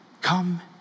come